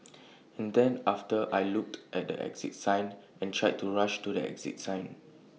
and then after I looked at the exit sign and tried to rush to the exit sign